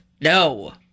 No